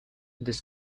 this